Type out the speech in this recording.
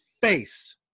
face